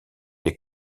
des